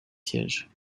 sièges